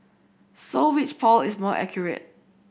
so which poll is more accurate